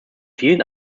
vielen